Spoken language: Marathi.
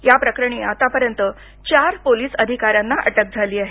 या प्रकरणी आतापर्यंत चार पोलीस अधिकाऱ्यांना अटक झाली आहे